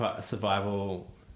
survival